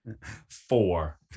Four